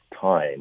time